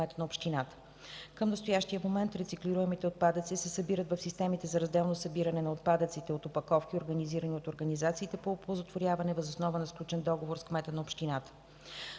Към настоящия момент рециклируемите отпадъци се събират в системите за разделно събиране на отпадъците от опаковки, организирани от организациите по оползотворяване, въз основа на сключен договор с кмета на общината.